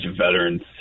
veterans